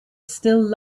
still